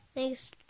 Thanks